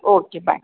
okay bye